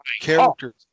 characters